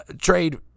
trade